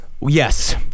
Yes